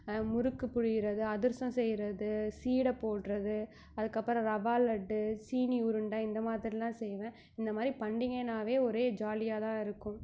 முறுக்கு பிழியிறது அதிரசம் செய்கிறது சீடை போடுறது அதுக்கப்புறம் ரவா லட்டு சீனி உருண்டை இந்த மாதிரிலாம் செய்வேன் இந்த மாதிரி பண்டிகைன்னாவே ஒரே ஜாலியாக தான் இருக்கும்